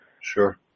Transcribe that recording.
Sure